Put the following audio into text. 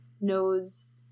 knows